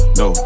no